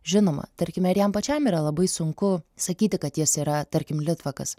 žinoma tarkime ir jam pačiam yra labai sunku sakyti kad jis yra tarkim litvakas